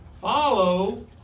Follow